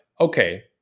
okay